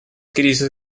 кризиса